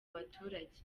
baturage